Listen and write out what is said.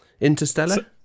Interstellar